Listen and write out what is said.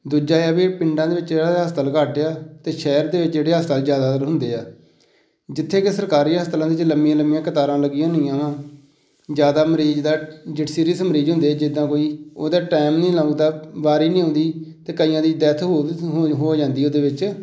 ਦੂਜਾ ਇਹ ਹੈ ਵੀ ਪਿੰਡਾਂ ਦੇ ਵਿੱਚ ਹਸਪਤਾਲ ਘੱਟ ਹੈ ਅਤੇ ਸ਼ਹਿਰ ਦੇ ਵਿੱਚ ਜਿਹੜੇ ਹਸਪਤਾਲ ਜ਼ਿਆਦਾਤਰ ਹੁੰਦੇ ਆ ਜਿੱਥੇ ਕਿ ਸਰਕਾਰੀ ਹਸਪਤਾਲਾਂ ਦੇ ਵਿੱਚ ਲੰਬੀਆਂ ਲੰਬੀਆਂ ਕਤਾਰਾਂ ਲੱਗੀਆਂ ਹੁੰਦੀਆਂ ਵਾ ਜ਼ਿਆਦਾ ਮਰੀਜ਼ ਦਾ ਜੀਟ ਸੀਰੀਅਸ ਮਰੀਜ਼ ਹੁੰਦੇ ਜਿੱਦਾਂ ਕੋਈ ਉਹਦਾ ਟੈਮ ਨਹੀਂ ਲਾਉਂਦਾ ਵਾਰੀ ਨਹੀਂ ਆਉਂਦੀ ਅਤੇ ਕਈਆਂ ਦੀ ਡੈਥ ਹੋ ਜਾਂਦੀ ਉਹਦੇ ਵਿੱਚ